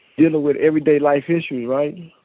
dealing with everyday life issues, right?